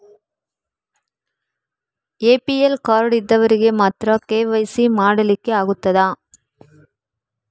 APL card ಇದ್ದವರಿಗೆ ಮಾತ್ರ KYC ಮಾಡಲಿಕ್ಕೆ ಆಗುತ್ತದಾ?